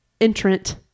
entrant